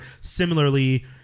similarly